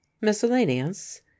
miscellaneous